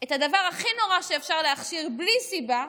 את הדבר הכי נורא שאפשר להכשיר בלי סיבה,